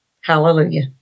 Hallelujah